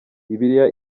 bibiliya